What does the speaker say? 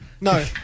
No